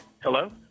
Hello